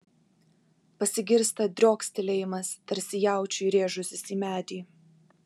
pasigirsta driokstelėjimas tarsi jaučiui rėžusis į medį